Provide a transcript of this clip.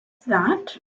that